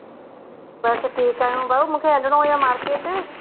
बस ठीकु आहियूं भाऊ मूंखे हलिणो हुयो मार्केट